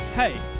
Hey